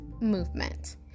movement